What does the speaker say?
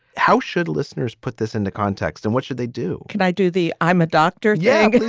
how should listeners put this into context and what should they do? can i do the. i'm a dr. yang,